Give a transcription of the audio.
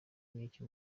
n’iki